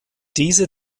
diese